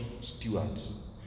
stewards